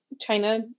China